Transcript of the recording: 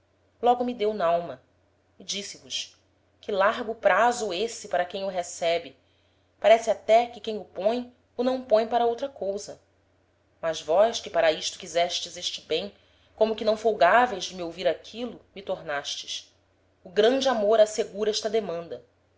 logo me deu n'alma e disse vos que largo praso esse para quem o recebe parece até que quem o põe o não põe para outra cousa mas vós que para isto quisestes este bem como que não folgaveis de me ouvir aquilo me tornastes o grande amor assegura esta demanda